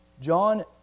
John